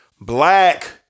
black